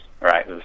right